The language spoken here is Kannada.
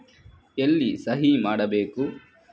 ಎಲ್ಲಿ ಸಹಿ ಮಾಡಬೇಕು?